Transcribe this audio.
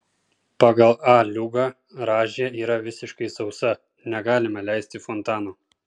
pagal a liugą rąžė yra visiškai sausa negalime leisti fontano